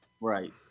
Right